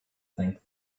think